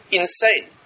insane